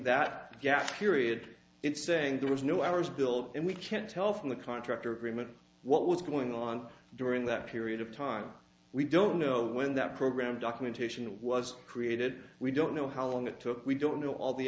that gas period it's saying there was no hours built and we can't tell from the contractor agreement what was going on during that period of time we don't know when that program documentation was created we don't know how long it took we don't know all the